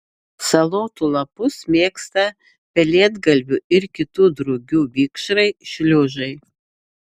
salotų lapus mėgsta pelėdgalvių ir kitų drugių vikšrai šliužai